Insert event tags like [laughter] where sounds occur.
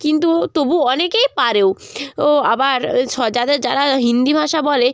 কিন্তু তবু অনেকেই পারেও ও আবার [unintelligible] যাদের যারা হিন্দি ভাষা বলে